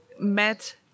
met